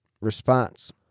response